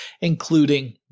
including